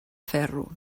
ferro